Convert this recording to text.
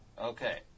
Okay